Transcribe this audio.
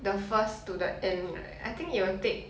the first to the end right I think it will take